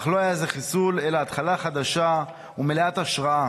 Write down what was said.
אך לא היה זה חיסול אלא התחלה חדשה ומלאה השראה.